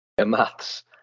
maths